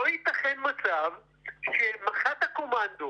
לא יתכן מצב שמח"ט הקומנדו